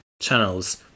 channels